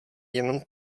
jenom